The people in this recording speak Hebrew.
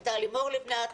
הייתה לימור לבנת,